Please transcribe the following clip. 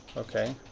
okay.